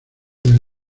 del